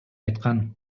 айткан